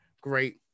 great